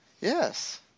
Yes